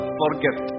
forget